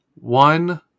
One